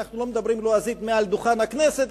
אנחנו לא מדברים לועזית מעל דוכן הכנסת,